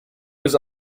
was